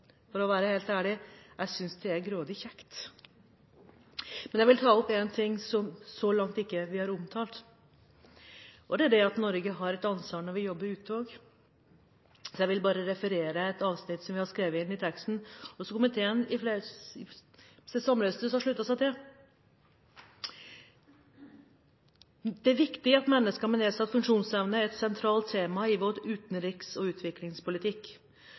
for å være helt ærlig: Jeg synes det er grådig kjekt! Men jeg vil ta opp en ting som vi så langt ikke har omtalt, og det er at Norge har et ansvar også når vi jobber ute. Så jeg vil bare referere et avsnitt fra innstillingen som vi har skrevet inn i teksten, og som en samlet komité har sluttet seg til: «… det er viktig at mennesker med nedsatt funksjonsevne er et sentralt tema i vår utenriks- og utviklingspolitikk.